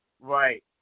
Right